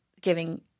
giving